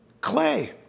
clay